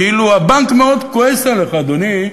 כאילו הבנק מאוד כועס עליך, אדוני.